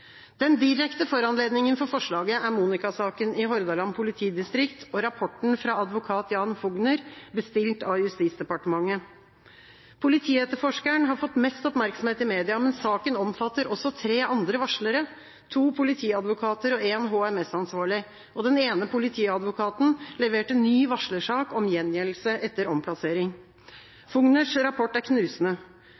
Den direkte foranledninga til forslaget er Monika-saken i Hordaland politidistrikt og rapporten fra advokat Jan Fougner, bestilt av Justisdepartementet. Politietterforskeren har fått mest oppmerksomhet i media, men saken omfatter også tre andre varslere – to politiadvokater og en HMS-ansvarlig. Den ene politiadvokaten leverte ny varslersak om gjengjeldelse etter omplassering.